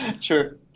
Sure